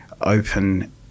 open